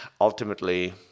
ultimately